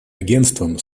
агентством